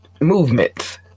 movements